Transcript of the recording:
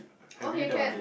okay can